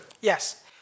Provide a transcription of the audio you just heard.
Yes